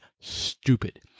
Stupid